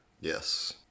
yes